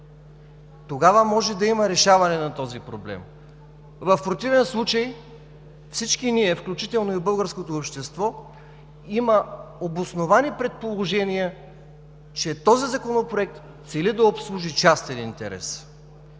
тогава може да има решаване на този проблем. В противен случай всички ние, включително и българското общество, има обосновани предположения, че този законопроект цели да обслужи частен интерес.